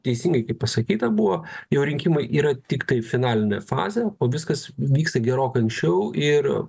teisingai kaip pasakyta buvo jo rinkimai yra tiktai finalinė fazė o viskas vyksta gerokai anksčiau ir